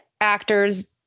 actors